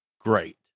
great